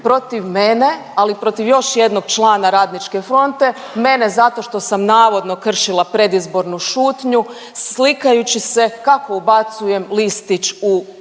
protiv mene, ali i protiv još jednog člana Radničke fronte. Mene zato što sam navodno kršila predizbornu šutnju slikajući se kako ubacujem listić u